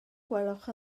gwelwch